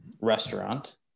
restaurant